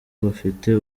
bafite